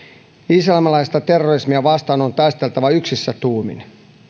islamilaista terrorismia vastaan on taisteltava yksissä tuumin